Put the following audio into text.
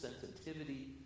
sensitivity